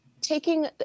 taking